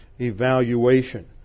evaluation